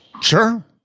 Sure